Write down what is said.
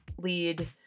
lead